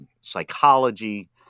psychology